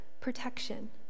protection